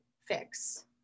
fix